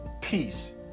peace